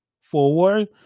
forward